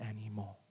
anymore